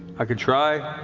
i could try.